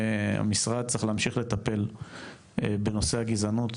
המשרד צריך להמשיך לטפל בנושא הגזענות,